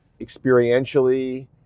experientially